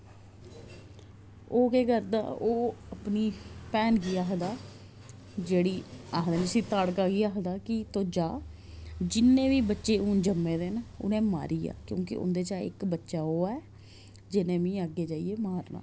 ओह् केह् करदा ओह् अपनी भैन गी आखदा जेह्ड़ी आखदे न उसी ताड़का गी आखदा कि तू जा ते जि'न्ने बी बच्चे हू'न ज'म्मे दे न उ'नें ई मारी आ क्योंकि उं'दे चा इक बच्चा ओह् ऐ जि'न्ने मिगी अग्गें जाइयै मारना